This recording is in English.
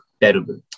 terrible